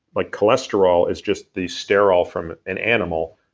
like cholesterol is just the sterol from an animal.